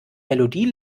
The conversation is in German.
melodie